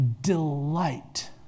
delight